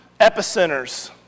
epicenters